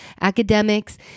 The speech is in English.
academics